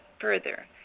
further